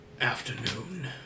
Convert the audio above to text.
afternoon